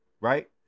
right